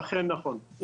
אכן נכון.